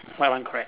white one correct